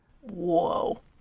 whoa